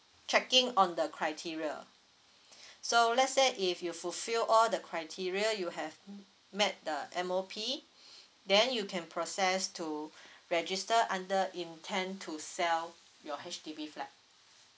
checking on the criteria so let's say if you fulfill all the criteria you have met the M_O_P then you can process to register under intent to sell your H_D_B flat